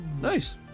Nice